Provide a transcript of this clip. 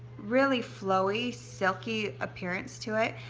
really flowy, silky appearance to it,